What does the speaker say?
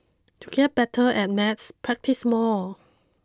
to get better at maths practise more